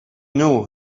knew